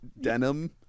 denim